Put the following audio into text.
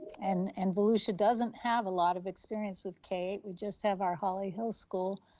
and and volusia doesn't have a lot of experience with k, we just have our holly hill school,